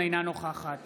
אינה נוכחת